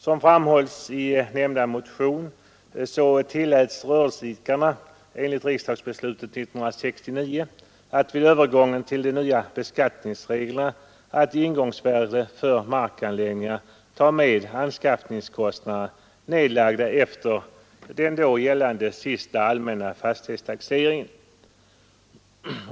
Som framhålles i nämnda motion tilläts rörelseidkarna enligt riksdagsbeslutet 1969 att vid övergången till de nya beskattningsreglerna i ingångsvärde för markanläggningar ta med anskaffningskostnader nedlagda efter den då gällande senaste allmänna fastighetstaxeringen.